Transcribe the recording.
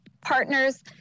partners